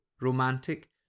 romantic